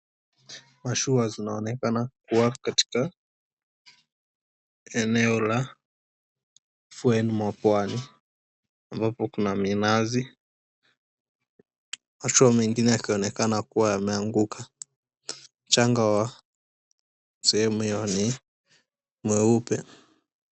Mashua zinaonekana kua katika eneo la ufuo mwa pwani, ambapo kuna minazi. Mashua mengine yakionekana kuwa yameanguka. Mchanga wa sehemu hiyo ni mweupe.